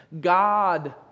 God